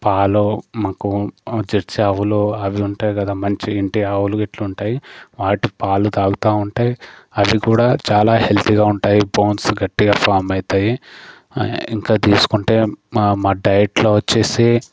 పాలు మాకు జెర్సీ ఆవులు అవి ఉంటాయి కదా మంచి ఇంటి ఆవులు ఉంటాయి వాటి పాలు తాగుతా ఉంటాయి అవి కూడా చాలా హెల్తీగా ఉంటాయి బోన్స్ గట్టిగా ఫామ్ అవుతాయి ఇంకా తీసుకుంటే మా మా డైట్లో వచ్చేసి